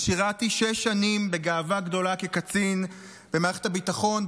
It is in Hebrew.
ושירתי שש שנים בגאווה גדולה כקצין במערכת הביטחון,